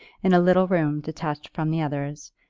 in a little room detached from the others,